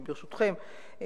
ברשותכם,